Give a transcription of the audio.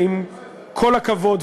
עם כל הכבוד,